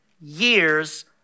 years